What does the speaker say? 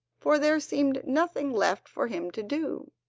for there seemed nothing left for him to do.